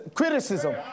criticism